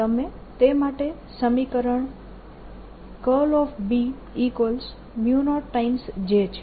તમે તે માટે સમીકરણ B0 J છે